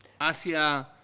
hacia